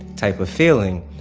type of feeling,